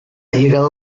llegado